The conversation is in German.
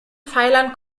pfeilern